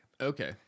Okay